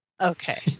Okay